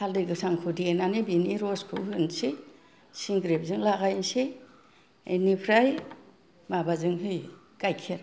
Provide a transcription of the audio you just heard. हालदै गोथांखौ देनानै बिनि रसखौ होनसै सिंग्रेबजों लागायसै बिनिफ्राय माबाजों होयो गाइखेर